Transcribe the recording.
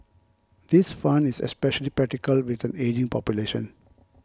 this fund is especially practical with an ageing population